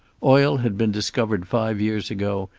oil had been discovered five years ago,